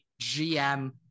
gm